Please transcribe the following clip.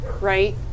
right